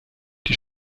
die